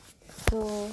so